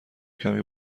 کمی